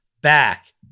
back